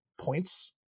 points